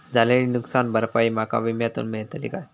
झालेली नुकसान भरपाई माका विम्यातून मेळतली काय?